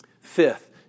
Fifth